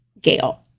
gale